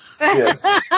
Yes